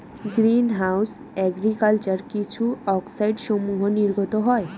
green house agriculture কিছু অক্সাইডসমূহ নির্গত হয়